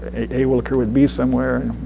a will occur with b somewhere.